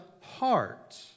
heart